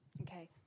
Okay